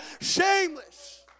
shameless